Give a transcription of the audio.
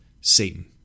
Satan